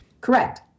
Correct